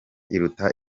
iruta